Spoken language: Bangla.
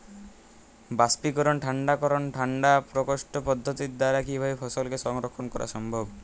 বাষ্পীকরন ঠান্ডা করণ ঠান্ডা প্রকোষ্ঠ পদ্ধতির দ্বারা কিভাবে ফসলকে সংরক্ষণ করা সম্ভব?